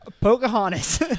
Pocahontas